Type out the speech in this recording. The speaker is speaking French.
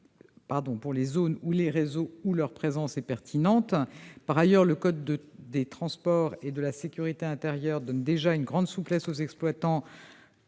pour les zones ou les réseaux où leur présence est pertinente. En outre, le code des transports et celui de la sécurité intérieure donnent déjà une grande souplesse aux exploitants